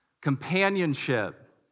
companionship